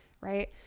right